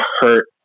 hurt